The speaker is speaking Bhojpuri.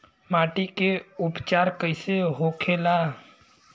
माटी के उपचार कैसे होखे ला?